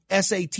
SAT